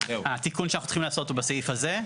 התיקון שאנחנו צריכים לעשות הוא בסעיף הזה.